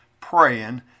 praying